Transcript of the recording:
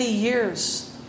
years